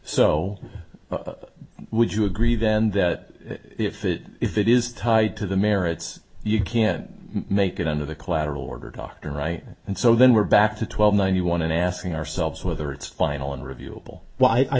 so would you agree then that if it if it is tied to the merits you can't make it under the collateral order doctrine right and so then we're back to twelve one you want and asking ourselves whether it's final unreviewable wh